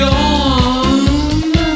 Gone